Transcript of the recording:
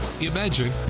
imagine